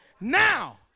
Now